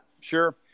Sure